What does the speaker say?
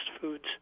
foods